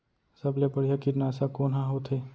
सबले बढ़िया कीटनाशक कोन ह होथे?